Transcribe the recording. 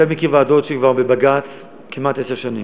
אתה מכיר ועדות שבבג"ץ כבר כמעט עשר שנים.